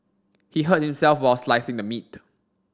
he hurt himself while slicing the meat